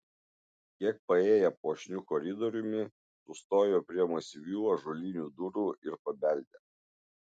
kiek paėję puošniu koridoriumi sustojo prie masyvių ąžuolinių durų ir pabeldė